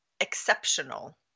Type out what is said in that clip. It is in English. exceptional